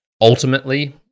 ultimately